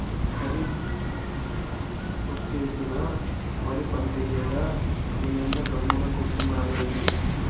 కరీఫ్ ఒచ్చేసినా ఒరి పంటేయ్యక నీయన్న గమ్మున కూసున్నాడెంది